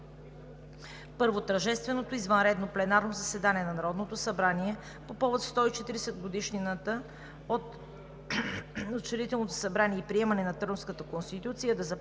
Тържественото извънредно пленарно заседание на Народното събрание по повод 140-годишнината от Учредителното събрание и приемането на Търновската конституция да започне